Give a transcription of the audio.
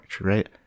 right